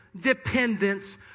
dependence